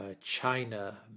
China